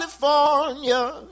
California